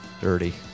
dirty